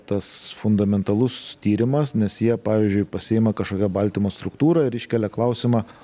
tas fundamentalus tyrimas nes jie pavyzdžiui pasiima kažkokią baltymo struktūrą ir iškelia klausimą